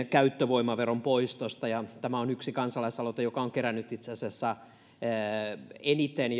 käyttövoimaveron poistosta ja tämä on kansalaisaloite joka on kerännyt itse asiassa eniten